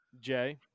Jay